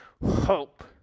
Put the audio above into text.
hope